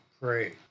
pray